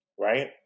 right